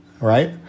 right